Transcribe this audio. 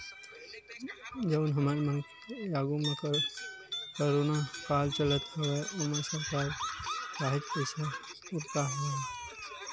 जउन हमर मन के आघू म कोरोना काल चलत हवय ओमा सरकार के काहेच पइसा उरके हवय